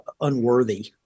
unworthy